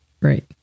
Right